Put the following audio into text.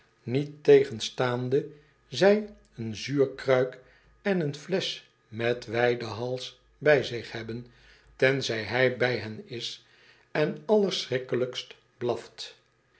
niettegenstaande zij een zuurkruik en een flesch met wijden hals bij zich hebben tenzij hij bij hen is enallerschrikkelijkst blaft